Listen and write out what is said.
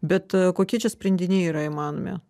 bet kokie čia sprendiniai yra įmanomi